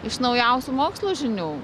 iš naujausių mokslo žinių